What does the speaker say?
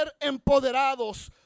empoderados